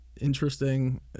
interesting